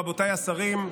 רבותיי השרים,